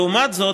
לעומת זאת,